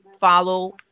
follow